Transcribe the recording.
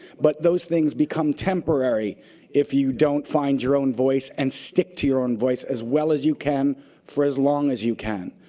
but those things become temporary if you don't find your own voice and stick to your own voice as well as you can for as long as you can.